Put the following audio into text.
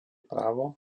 právo